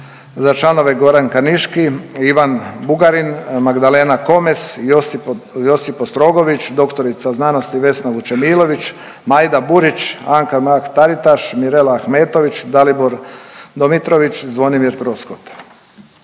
akademik Goran Kaniški, Ivan Bugarin, Magdalena Komes, josip ostrogović, dr. sc. Vesna Vučemilović, Majda Burić, Anka Mrak-Taritaš, Mirela Ahmetović, Dalibor Domitrović, Zvonimir Troskot.